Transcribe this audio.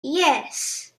yes